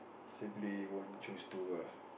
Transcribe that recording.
simply won't choose to ah